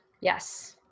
Yes